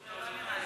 הוא נוכח בישיבה.